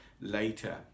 later